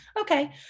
okay